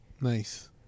Nice